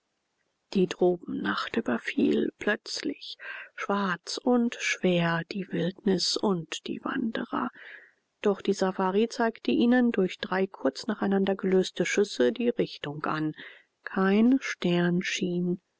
die tropennacht überfiel plötzlich schwarz und schwer die wildnis und die wanderer doch die safari zeigte ihnen durch drei kurz nacheinander gelöste schüsse die richtung an kein stern schien